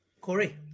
Corey